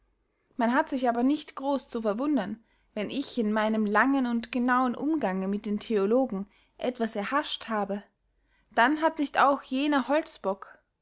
man hat sich aber nicht groß zu verwundern wenn ich in meinem langen und genauen umgange mit den theologen etwas erhascht habe dann hat nicht auch jener holzbock